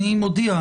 אני מודיע,